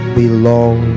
belong